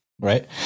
Right